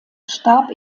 starb